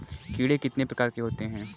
कीड़े कितने प्रकार के होते हैं?